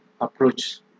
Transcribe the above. approach